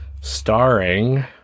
starring